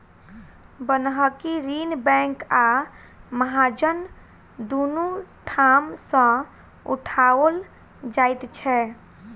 बन्हकी ऋण बैंक आ महाजन दुनू ठाम सॅ उठाओल जाइत छै